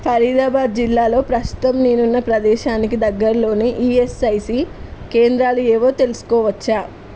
ఫరీదాబాద్ జిల్లాలో ప్రస్తుతం నేను ఉన్న ప్రదేశానికి దగ్గరలోని ఈయస్ఐసి కేంద్రాలు ఏవో తెలుసుకోవచ్చా